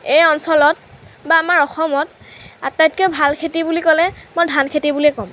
এই অঞ্চলত বা আমাৰ অসমত আটাইতকৈ ভাল খেতি বুলি ক'লে মই ধান খেতি বুলিয়েই ক'ম